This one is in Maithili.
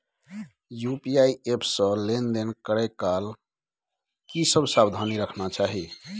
यु.पी.आई एप से लेन देन करै काल की सब सावधानी राखना चाही?